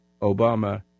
Obama